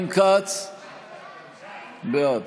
בעד